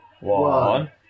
one